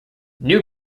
new